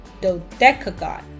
dodecagon